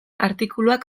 artikuluak